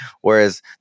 Whereas